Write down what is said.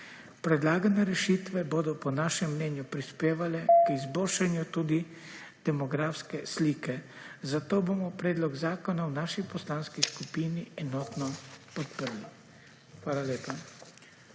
Predlagane rešitve bodo po našem mnenju prispevale k izboljšanju tudi demografske slike. Zato bomo predlog zakona v naši poslanski skupini enotno podprli. Hvala lepa.